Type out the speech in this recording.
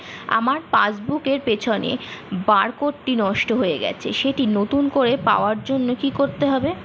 আমার পাসবুক এর পিছনে বারকোডটি নষ্ট হয়ে গেছে সেটি নতুন করে পাওয়ার জন্য কি করতে হবে?